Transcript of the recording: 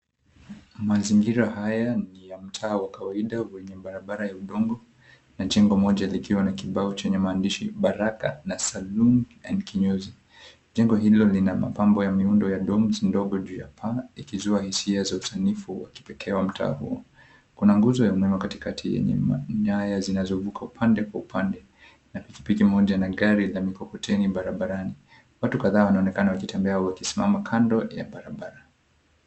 Mazingira haya ni ya mtaa wa kawaida wenye barabara ya udongo na jengo moja likiwa na kibao chenye maandishi, Baraka Saloon and Kinyozi. Jengo hilo lina mapambo ya miundo ya doms ndogo juu ya paa ikizua hisia za usanifu wa kipekee wa mtaa huo. Kuna nguzo ya umeme katikati yenye nyaya zinazovuka upande kwa upande na pikipiki moja na gari la mikokoteni barabarani. Watu kadhaa wanaonekana wakitembea wakisimama kando ya barabara.